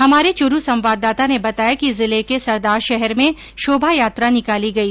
हमारे चूरू संवाददाता ने बताया कि जिले के सरदार शहर में शोभायात्रा निकाली गई